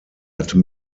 wacker